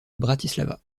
bratislava